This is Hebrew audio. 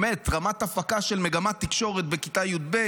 באמת רמת הפקה של מגמת תקשורת בכיתה י"ב,